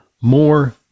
more